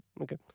okay